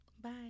Bye